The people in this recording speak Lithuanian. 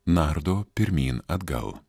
nardo pirmyn atgal